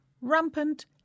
Rampant